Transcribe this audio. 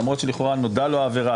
למרות שלכאורה נודעה לו העבירה,